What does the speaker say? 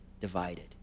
divided